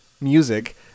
music